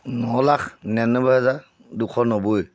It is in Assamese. ন লাখ নিৰান্নব্বৈ হাজাৰ দুশ নব্বৈ